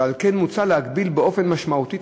ועל כן מוצע להגביל באופן משמעותי את